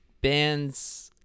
bands